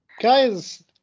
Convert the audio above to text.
guys